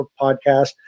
podcast